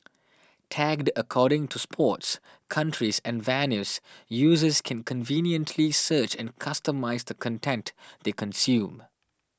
tagged according to sports countries and venues users can conveniently search and customise the content they consume